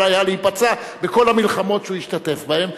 היה להיפצע בכל המלחמות שהוא השתתף בהן.